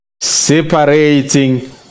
separating